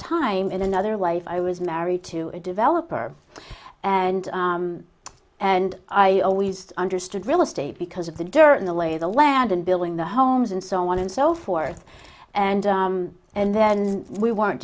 time in another life i was married to a developer and and i always understood real estate because of the dirt in the lay of the land and building the homes and so on and so forth and and then we weren't